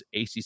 ACC